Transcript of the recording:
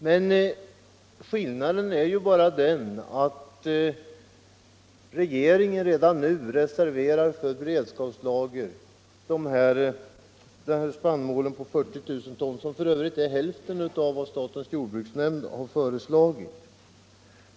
Men skillnaden är ju bara den att regeringen redan nu för beredskapslagring vill reservera dessa 40 000 ton spannmål, vilket för övrigt är hälften av vad statens jordbruksnämnd föreslagit.